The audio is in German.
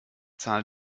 zahl